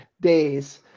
days